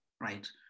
right